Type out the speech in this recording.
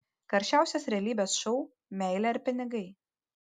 karščiausias realybės šou meilė ar pinigai